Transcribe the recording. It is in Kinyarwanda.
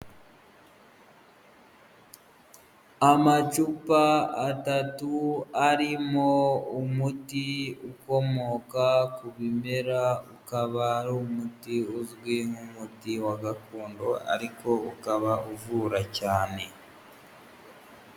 Amacupa atatu arimo umuti ukomoka ku bimera, ukaba ari umuti uzwi nk'umuti wa gakondo ariko ukaba uvura cyane.